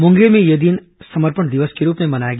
मुंगेली में यह दिन समर्पण दिवस के रूप में मनाया गया